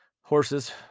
horses